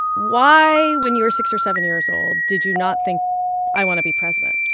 why when you were six or seven years old, did you not think i want to be president?